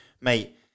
mate